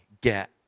get